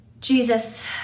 Jesus